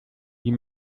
wie